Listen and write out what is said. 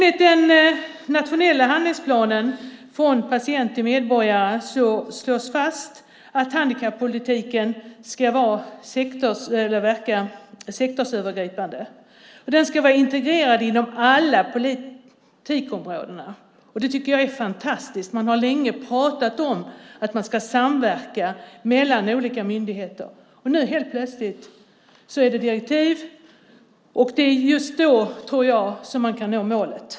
I den nationella handlingsplanen Från patient till medborgare slås fast att handikappolitiken ska verka sektorsövergripande, och den ska vara integrerad inom alla politikområden. Det tycker jag är fantastiskt. Man har länge pratat om att man ska samverka mellan olika myndigheter, och nu helt plötsligt är det ett direktiv. Det är just då, tror jag, som man kan nå målet.